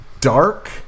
Dark